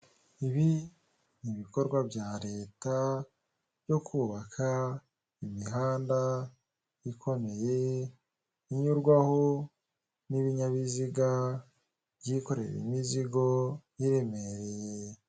Iyi ni inzu irimo abantu benshi bamwe baricaye abandi barahagaze, abicaye hari abafite impapuro bari gusoma abandi batangara.